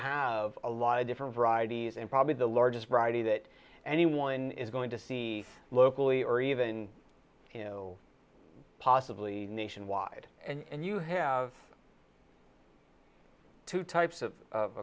have a lot of different varieties and probably the largest variety that anyone is going to see locally or even possibly nationwide and you have two types of